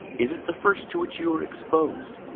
is it the first to which you were exposed?